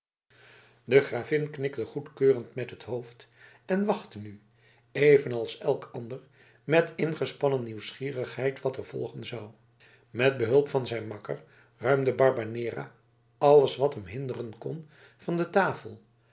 de gravin knikte goedkeurend met het hoofd en wachtte nu evenals elk ander met ingespannen nieuwsgierigheid wat er volgen zou met behulp van zijn makker ruimde barbanera alles wat hem hinderen kon van de tafel